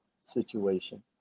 situation